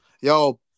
Yo